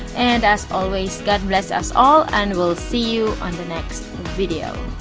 and as always god bless us all and we'll see you on the next video.